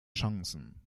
chancen